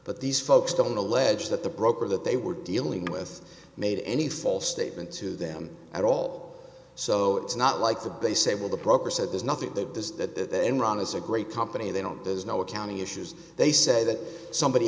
but these folks don't allege that the broker that they were dealing with made any false statement to them at all so it's not like the they say well the broker said there's nothing that does that enron is a great company they don't there's no accounting issues they say that somebody